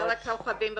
מודל הכוכבים בפגיות.